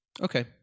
okay